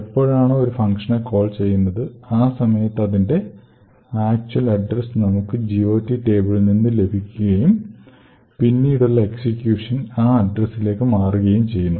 എപ്പോഴാണ് ഒരു ഫങ്ഷനെ കോൾ ചെയ്യുന്നത് ആ സമയത് അതിന്റെ ആക്ച്വൽ അഡ്രസ് നമുക്ക് GOT ടേബിളിൽ നിന്നു ലഭിക്കുകയും പിന്നീടുള്ള എക്സിക്യൂഷൻ ആ അഡ്രസിലേക് മാറുകയും ചെയ്യുന്നു